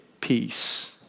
Peace